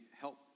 help